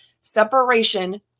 Separation